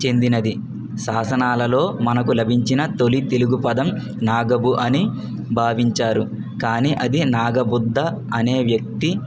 చెందినది శాసనాలలో మనకు లభించిన తొలి తెలుగు పదం నాగబు అని భావించారు కానీ అది నాగబుద్ధ అనే వ్యక్తి